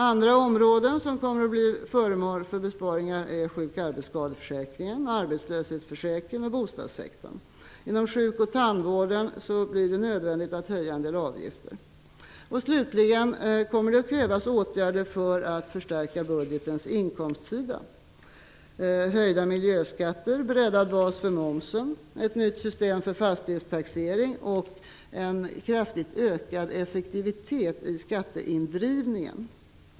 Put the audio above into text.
Andra områden som kommer att bli föremål för besparingar är sjuk och arbetsskadeförsäkringen, arbetslöshetsförsäkringen och bostadssektorn. Inom sjuk och tandvården blir det nödvändigt att höja en del avgifter. Slutligen kommer det att krävas åtgärder för att förstärka budgetens inkomstsida. Det gäller höjda miljöskatter, breddad bas för momsen, ett nytt system för fastighetstaxering och en kraftig ökning av effektiviteten i skatteindrivningen.